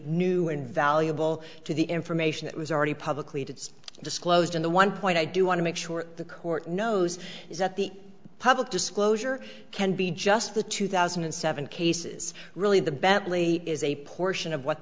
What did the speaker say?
new and valuable to the information that was already publicly to disclosed in the one point i do want to make sure the court knows is that the public disclosure can be just the two thousand and seven cases really the bentley is a portion of what